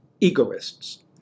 Egoists